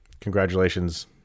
congratulations